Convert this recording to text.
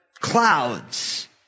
clouds